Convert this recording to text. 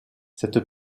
cette